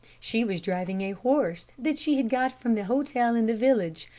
she was driving a horse that she had got from the hotel in the village,